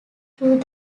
though